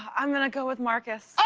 i'm going to go with marcus.